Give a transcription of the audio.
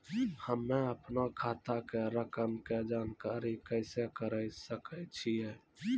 हम्मे अपनो खाता के रकम के जानकारी कैसे करे सकय छियै?